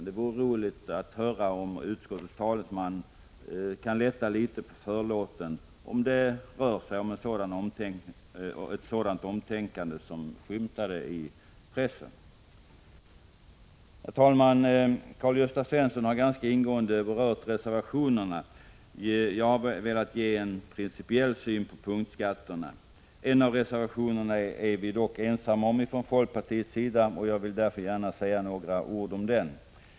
Det vore roligt att höra om utskottets talesman kan lätta litet på förlåten och säga om det rör sig om ett sådant omtänkande som skymtat i pressen. Herr talman! Karl-Gösta Svenson har ganska ingående berört reservationerna. Jag har velat ge en principiell syn på punktskatterna. En av reservationerna är dock vi från folkpartiet ensamma om, och jag vill därför gärna säga några ord om den.